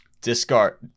discard